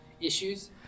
issues